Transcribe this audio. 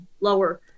lower